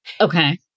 Okay